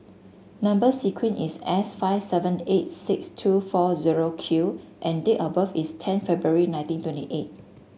number sequence is S five seven eight six two four zero Q and date of birth is ten February nineteen twenty eight